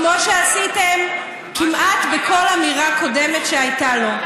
כמו שעשיתם כמעט בכל אמירה קודמת שהייתה לו,